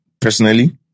personally